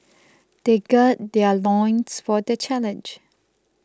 they gird their loins for the challenge